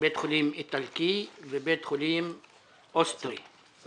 בית חולים איטלקי ובית חולים צרפתי